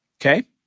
Okay